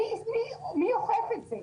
מי אוכף את זה?